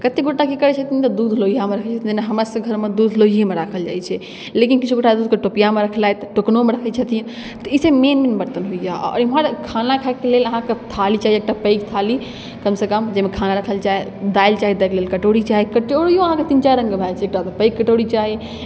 कतेक गोटा की करै छथिन तऽ दूध लोहिआमे रखै छथिन जेना हमरा सभके घरमे दूध लोहिएमे राखल जाइ छै लेकिन किछु गोटा दूधके टोपिआमे रखलथि टोकनामे रखै छथिन तऽ ई छियै मेन मेन बर्तन होइए एम्हर खाना खायके लेल अहाँके थारी चाहिए एकटा पैघ थारी कमसँ कम जाहिमे खाना राखल जाय दालि चाही दालिके लेल कटोरी चाही कटोरिओ अहाँकेँ तीन चारि रङ्गके भए जाइ छै एकटा पैघ कटोरी चाही